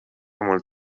mult